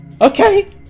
Okay